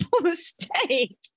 mistake